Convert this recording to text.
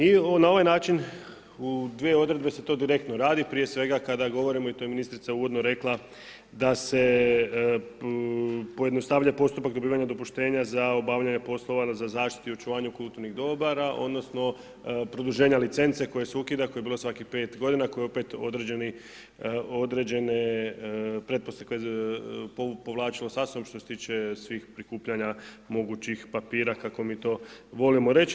I na ovaj način u dvije odredbe se to direktno radi, prije svega kada govorimo, i to je ministrica uvodno rekla da se pojednostavlja postupak dobivanja dopuštenja za obavljanja poslova, za zaštitu i očuvanju kulturnih dobara, odnosno produženja licence koja se ukida, koja je bila svakih pet godina, koja opet određene pretpostavke povlačilo sa sobom što se tiče svih prikupljanja mogućih papira, kako mi to volimo reći.